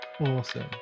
Awesome